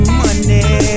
money